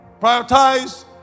Prioritize